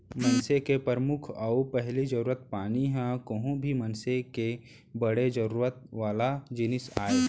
मनसे के परमुख अउ पहिली जरूरत पानी ह कोहूं भी मनसे के बड़े जरूरत वाला जिनिस आय